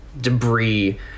debris